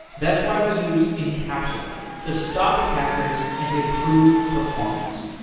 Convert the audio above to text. that's why we use encapsula to stop attackers and improve performance.